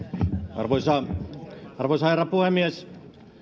arvoisa arvoisa herra puhemies